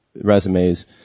resumes